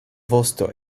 vosto